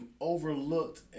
overlooked